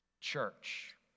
Church